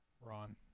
Ron